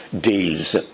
deals